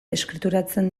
eskrituratzen